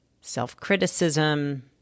self-criticism